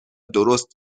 درست